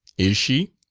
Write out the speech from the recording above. is she?